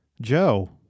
Joe